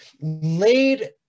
laid